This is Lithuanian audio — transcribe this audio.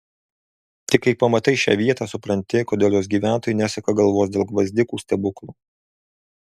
tik kai pamatai šią vietą supranti kodėl jos gyventojai nesuka galvos dėl gvazdikų stebuklo